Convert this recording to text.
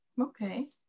okay